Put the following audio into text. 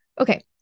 Okay